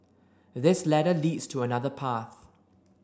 this ladder leads to another path